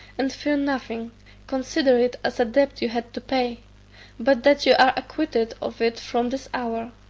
and fear nothing consider it as a debt you had to pay but that you are acquitted of it from this hour.